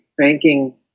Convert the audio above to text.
thanking